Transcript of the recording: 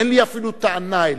אין לי אפילו טענה אליו.